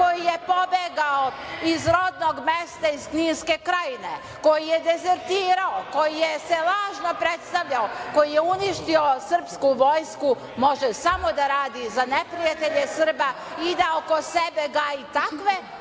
koji je pobegao iz rodnog mesta, iz Kninske krajine, koji je dezertirao, koji se lažno predstavljao, koji je uništio srpsku vojsku može samo da radi za neprijatelje Srba i da oko sebe gaji takve